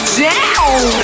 down